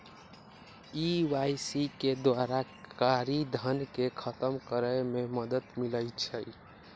KYC के द्वारा कारी धन के खतम करए में मदद मिलइ छै